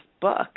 book